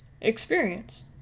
experience